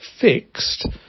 fixed